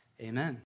amen